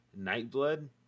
nightblood